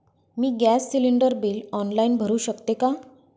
मी gas cylinder bill online भरु शकते का?